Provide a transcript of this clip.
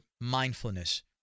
mindfulness